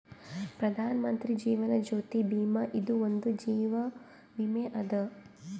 ಪ್ರಧಾನ್ ಮಂತ್ರಿ ಜೀವನ್ ಜ್ಯೋತಿ ಭೀಮಾ ಇದು ಒಂದ ಜೀವ ವಿಮೆ ಅದ